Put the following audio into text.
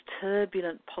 turbulent